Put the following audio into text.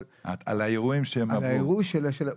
על האירועים שהם עברו.